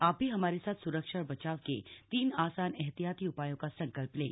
आप भी हमारे साथ स्रक्षा और बचाव के तीन आसान एहतियाती उपायों का संकल्प लें